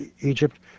Egypt